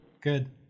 good